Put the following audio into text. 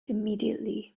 immediately